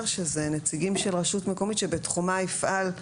שזה נציגים של רשות מקומית שבתחומה יפעל.